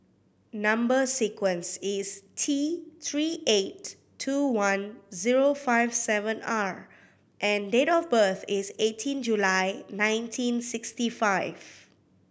number sequence is T Three eight two one zero five seven R and date of birth is eighteen July nineteen sixty five